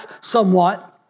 somewhat